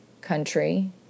country